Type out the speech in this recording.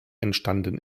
entstanden